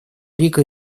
рика